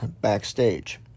backstage